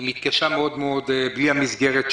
היא מתקשה מאוד מאוד בלי המסגרת.